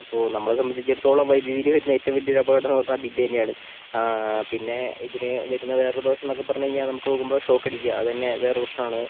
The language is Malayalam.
അപ്പോൾ നമ്മളെ സംബന്ധിച്ചിടത്തോളം വൈദ്യുതിയിൽ വരുന്ന ഏറ്റവും വലിയ ഒരു അപകടമെന്നു പറഞ്ഞാൽ ബില്ല് തന്നെയാണ് പിന്നേ ഇതിനു വരുന്ന വേറൊരു ദോഷം എന്നൊക്കെ പറഞ്ഞു കഴിഞ്ഞാൽ നമുക്ക് നോക്കുമ്പോൾ ഷോക്കടിക്കുക അത് തന്നെ വേറൊരു പ്രശ്നമാണ്